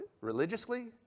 religiously